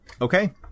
okay